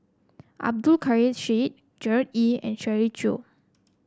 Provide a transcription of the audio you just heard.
Abdul Kadir Syed Gerard Ee and Shirley Chew